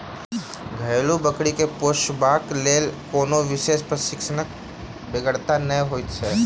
घरेलू बकरी के पोसबाक लेल कोनो विशेष प्रशिक्षणक बेगरता नै होइत छै